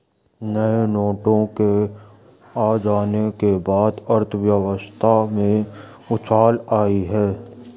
नए नोटों के आ जाने के बाद अर्थव्यवस्था में उछाल आयी है